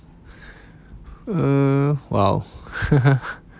uh !wow!